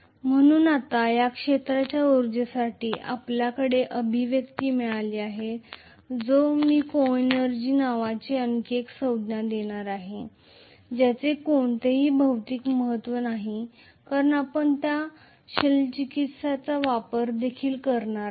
म्हणून आता या क्षेत्राच्या उर्जेसाठी आपल्याकडे अभिव्यक्ती मिळाली आहे मी सह ऊर्जाको एनर्जी नावाची आणखी एक संज्ञा देणार आहे ज्याचे कोणतेही भौतिक महत्त्व नाही कारण आपण त्या शल्यचिकित्साचा वापर देखील करणार आहोत